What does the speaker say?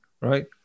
right